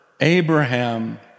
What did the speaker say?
Abraham